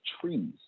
trees